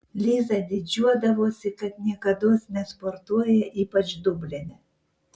liza didžiuodavosi kad niekados nesportuoja ypač dubline